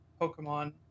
pokemon